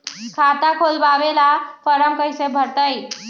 खाता खोलबाबे ला फरम कैसे भरतई?